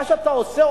מה שאתה עושה,